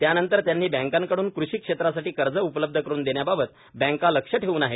त्यानंतर त्यांनी बँकांकड्रन कृषी क्षेत्रासाठी कर्ज उपलब्ध करून देण्याबाबत बँका लक्ष ठेवून आहेत